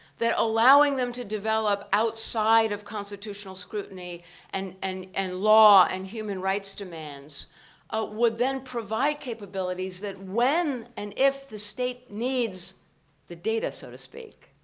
that allowing them to develop outside of constitutional scrutiny and and and law and human rights demands would then provide capabilities that when and if the state needs the data, so to speak,